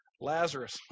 Lazarus